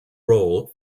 role